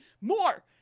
more